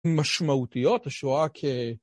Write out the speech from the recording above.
משמעותיות השואה כ...